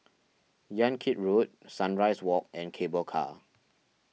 Yan Kit Road Sunrise Walk and Cable Car